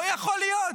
לא יכול להיות.